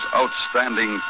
outstanding